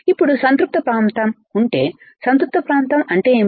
ఇప్పుడు సంతృప్త ప్రాంతం ఉంటే సంతృప్త ప్రాంతం అంటే ఏమిటి